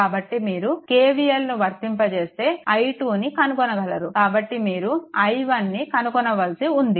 కాబట్టి మీరు KVLను వర్తింపచేస్తే i2 ని కనుగొనగలరు కాబట్టి మీరు i1 ను కనుగొనవలసి ఉంది